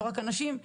לא רק מן הנשים,